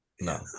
No